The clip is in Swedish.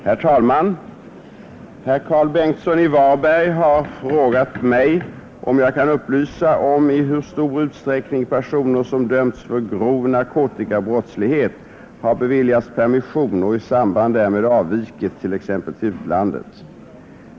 Herr talman! Herr Karl Bengtsson i Varberg har frågat mig om jag kan upplysa om i hur stor utsträckning personer som dömts för grov narkotikabrottslighet har beviljats permission och i samband därmed avvikit, t.ex. till utlandet.